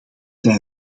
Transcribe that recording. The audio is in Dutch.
zij